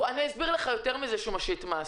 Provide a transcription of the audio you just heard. אסביר לך יותר מזה, איך הוא משית מס.